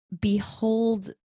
behold